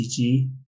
CG